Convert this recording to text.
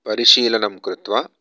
परिशीलनं कृत्वा